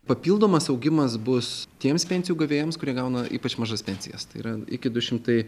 papildomas augimas bus tiems pensijų gavėjams kurie gauna ypač mažas pensijas tai yra iki du šimtai